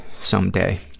someday